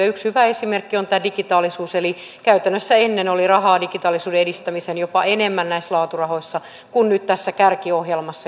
yksi hyvä esimerkki on tämä digitaalisuus eli käytännössä ennen oli rahaa digitaalisuuden edistämiseen jopa enemmän näissä laaturahoissa kuin nyt tässä kärkiohjelmassa joka on valittu